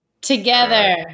Together